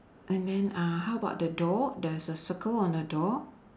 and then uh how about the door there's a circle on the door